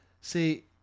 See